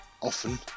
often